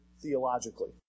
theologically